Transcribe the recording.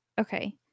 okay